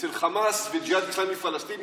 ואצל חמאס וג'יהאד אסלאמי פלסטיני